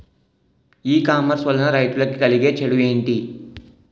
ఈ కామర్స్ వలన రైతులకి కలిగే చెడు ఎంటి?